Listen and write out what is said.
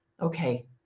Okay